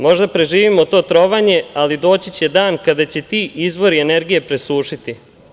Možda preživimo to trovanje, ali doći će dan kada će ti izvori energije presušiti.